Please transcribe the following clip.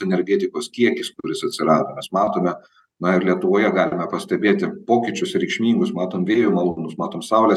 energetikos kiekis kuris atsirado nes matome na ir lietuvoje galime pastebėti pokyčius reikšmingus matom vėjo malūnus matome saulės